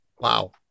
Wow